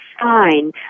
fine